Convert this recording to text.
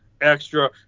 extra